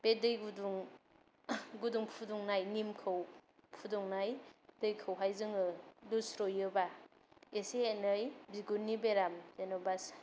बे दै गुदुं गुदुं फुदुंनाय निमखौ फुदुंनाय दैखौहाय जोङो लुस्र'योबा एसे एनै बिगुरनि बेराम जेन'बा